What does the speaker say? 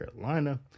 Carolina